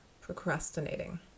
procrastinating